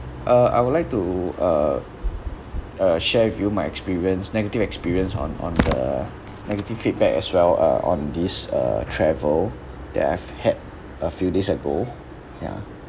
uh I would like to uh uh share with you my experience negative experience on on the negative feedback as well uh on this uh travel that I've had a few days ago ya